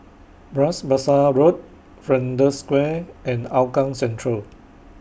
Bras Basah Road Flanders Square and Hougang Central